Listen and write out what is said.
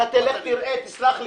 אתה תלך, תראה, תסלח לי.